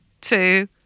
two